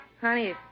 Honey